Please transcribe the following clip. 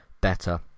better